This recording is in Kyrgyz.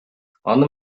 аны